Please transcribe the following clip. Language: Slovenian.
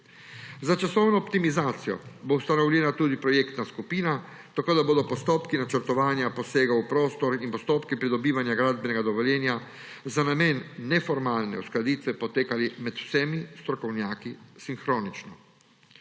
Za časovno optimizacijo bo ustanovljena tudi projektna skupina, tako da bodo postopki načrtovanja posega v prostor in postopki pridobivanja gradbenega dovoljenja za namen neformalne uskladitve potekali med vsemi strokovnjaki sinhronično.